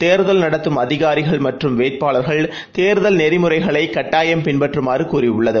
தேர்தல் நடத்தும் அதிகாரிகள் மற்றும் வேட்பாளர்கள் தேர்தல் நெறிமுறைகளைகட்டாயம் பின்பற்றுமாறுகூறியுள்ளது